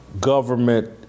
government